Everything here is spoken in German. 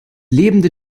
lebende